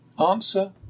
Answer